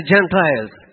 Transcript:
Gentiles